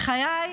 בחיי,